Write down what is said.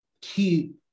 keep